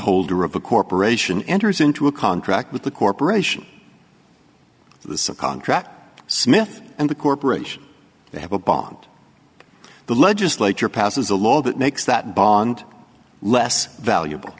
holder of a corporation enters into a contract with the corporation the subcontract smith and the corporation they have a bond the legislature passes a law that makes that bond less valuable